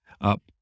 up